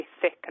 thick